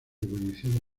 ebullición